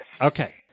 Okay